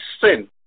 sin